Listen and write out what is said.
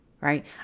Right